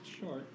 Short